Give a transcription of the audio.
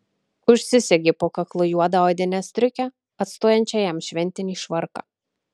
užsisegė po kaklu juodą odinę striukę atstojančią jam šventinį švarką